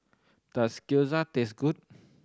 does Gyoza taste good